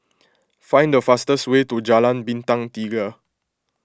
find the fastest way to Jalan Bintang Tiga